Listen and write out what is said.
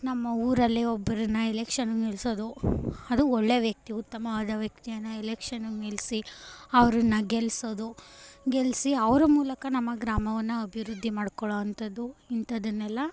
ನಮ್ಮ ಊರಲ್ಲೇ ಒಬ್ಬರನ್ನ ಎಲೆಕ್ಷನ್ನಿಗೆ ನಿಲ್ಲಿಸೋದು ಅದು ಒಳ್ಳೆಯ ವ್ಯಕ್ತಿ ಉತ್ತಮವಾದ ವ್ಯಕ್ತಿಯನ್ನು ಎಲೆಕ್ಷನ್ನಿಗೆ ನಿಲ್ಲಿಸಿ ಅವ್ರನ್ನು ಗೆಲ್ಲಿಸೋದು ಗೆಲ್ಲಿಸಿ ಅವರ ಮೂಲಕ ನಮ್ಮ ಗ್ರಾಮವನ್ನು ಅಭಿವೃದ್ಧಿ ಮಾಡ್ಕೊಳ್ಳೋವಂಥದ್ದು ಇಂಥದ್ದನ್ನೆಲ್ಲ